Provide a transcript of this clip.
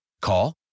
Call